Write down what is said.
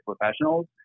professionals